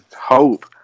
Hope